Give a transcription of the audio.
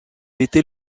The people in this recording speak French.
était